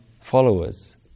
followers